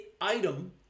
item